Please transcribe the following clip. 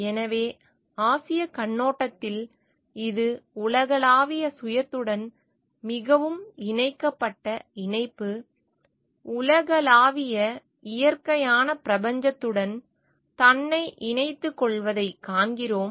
எனவே ஆசிய கண்ணோட்டத்தில் இது உலகளாவிய சுயத்துடன் மிகவும் இணைக்கப்பட்ட இணைப்பு உலகளாவிய இயற்கையான பிரபஞ்சத்துடன் தன்னை இணைத்துக்கொள்வதைக் காண்கிறோம்